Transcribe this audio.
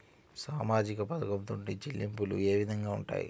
సామాజిక పథకం నుండి చెల్లింపులు ఏ విధంగా ఉంటాయి?